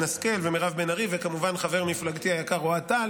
השכל ומירב בן ארי וכמובן חבר מפלגתי היקר אוהד טל.